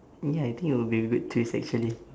ya I think it will be a good twist actually